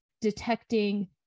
detecting